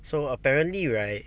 so apparently right